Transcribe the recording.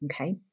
okay